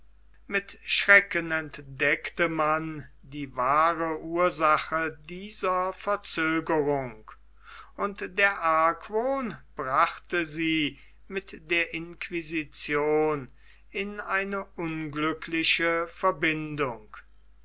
mit schrecken entdeckte man die wahre ursache dieser verzögerung und der argwohn brachte sie mit der inquisition in eine unglückliche verbindung